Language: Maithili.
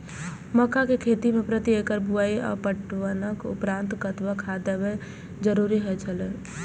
मक्का के खेती में प्रति एकड़ बुआई आ पटवनक उपरांत कतबाक खाद देयब जरुरी होय छल?